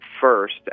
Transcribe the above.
first